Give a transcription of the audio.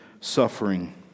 suffering